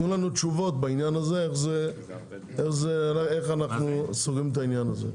תנו לנו תשובות בעניין הזה, איך אנו סוגרים את זה.